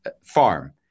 farm